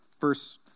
verse